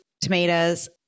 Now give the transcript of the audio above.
tomatoes